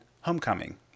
Homecoming